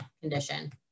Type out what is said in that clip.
condition